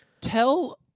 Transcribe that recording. Tell